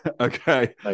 Okay